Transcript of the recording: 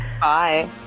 Bye